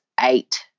eight